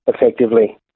effectively